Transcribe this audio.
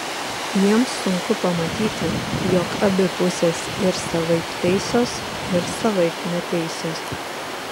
jiems sunku pamatyti jog abi pusės ir savaip teisios ir savaip neteisios